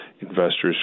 Investors